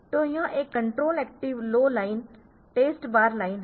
तो यह एक control active low line test bar line है